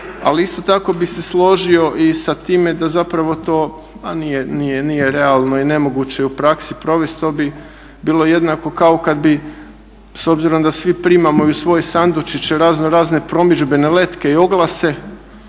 ali isto tako bih se složio i sa time da zapravo to ma nije realno i nemoguće je u praksi provesti. To bi bilo jednako kao kad bi s obzirom da svi primamo u svoje sandučiće raznorazne promidžbene letke i oglase